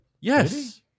Yes